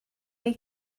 wnei